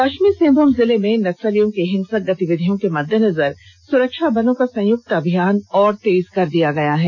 पश्चिमी सिंहभूम जिले में नक्सलियों की हिंसक गतिविधियों के मद्देनजर सुरक्षाबलों का संयुक्त अभियान और तेज कर दिया गया है